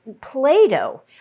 Play-Doh